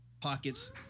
pockets